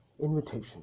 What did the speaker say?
invitation